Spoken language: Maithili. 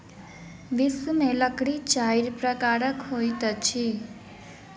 विश्व में लकड़ी चाइर प्रकारक होइत अछि